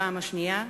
בפעם השנייה,